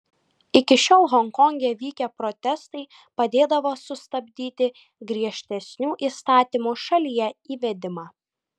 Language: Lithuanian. iki šiol honkonge vykę protestai padėdavo sustabdyti griežtesnių įstatymų šalyje įvedimą